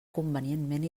convenientment